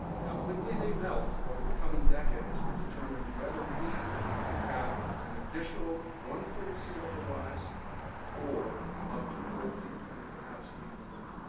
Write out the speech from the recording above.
how quickly they melt over the coming decades will determine whether we have an additional one foot of sea level rise or up to four feet and perhaps even more.